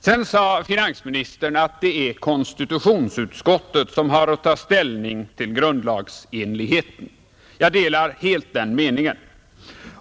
Vidare sade finansministern att det är konstitutionsutskottet som har att ta ställning till grundlagsenligheten. Jag delar helt den meningen.